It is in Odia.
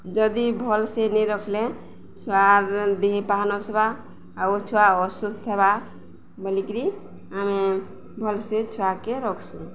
ଯଦି ଭଲ ସେ ନେଇ ରଖିଲେ ଛୁଆ ଦିହ ପାହ ନସବା ଆଉ ଛୁଆ ଅସୁସ୍ଥ ହେବା ବୋଲିକିରି ଆମେ ଭଲ ସେ ଛୁଆକେ ରଖସୁଁ